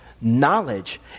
knowledge